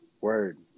Word